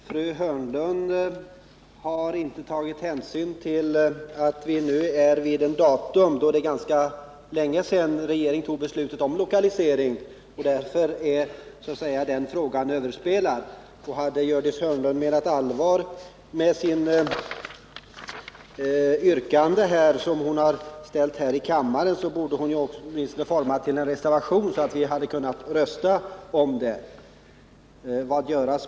Herr talman! Gördis Hörnlund har inte tagit hänsyn till att det nu är ganska länge sedan regeringen tog beslutet om lokalisering. Därför är den frågan överspelad. Om Gördis Hörnlund hade menat allvar med det hon säger i sitt särskilda yttrande, så borde hon i stället ha avgett en reservation som vi kunnat rösta om.